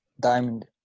Diamond